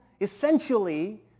essentially